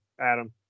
Adam